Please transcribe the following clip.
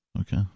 okay